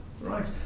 right